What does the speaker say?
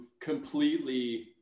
completely